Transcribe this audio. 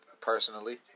personally